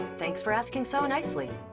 thanks for asking so nicely.